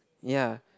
ya